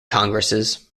congresses